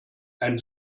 ein